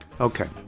Okay